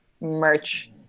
merch